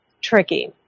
tricky